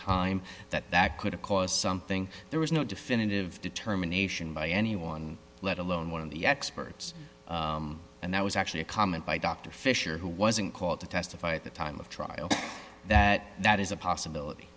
time that that could have caused something there was no definitive determination by anyone let alone one of the experts and that was actually a comment by dr fisher who wasn't called to testify at the time of trial that that is a possibility